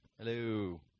Hello